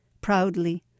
proudly